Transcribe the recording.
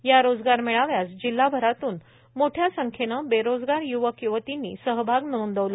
या रोजगार मेळाव्यास जिल्हाभऱातून मोठया संख्येने बेरोजगार य्वक य्वतीनी सहभाग नोंदविला